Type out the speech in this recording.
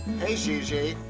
hey, gigi!